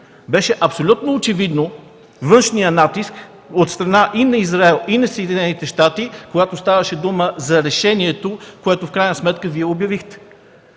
Беше абсолютно очевиден външният натиск от страна и на Израел, и на Съединените щати, когато ставаше дума за решението, което в крайна сметка Вие обявихте.